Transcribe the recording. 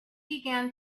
began